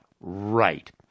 right